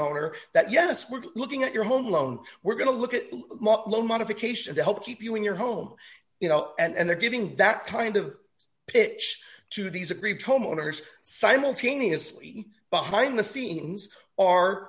tone owner that yes we're looking at your home loan we're going to look at loan modification to help keep you in your home you know and they're giving that kind of pitch to these aggrieved homeowners simultaneous behind the scenes